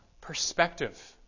Perspective